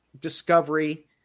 discovery